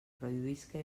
produïsca